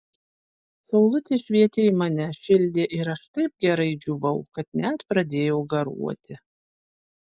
saulutė švietė į mane šildė ir aš taip gerai džiūvau kad net pradėjau garuoti